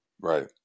Right